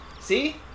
See